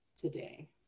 today